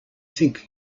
think